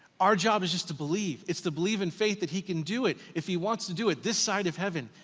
our job is just to believe. it's to believe in faith that he can do it, if he wants to do it, this side of heaven,